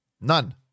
none